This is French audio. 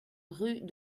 rue